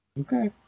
Okay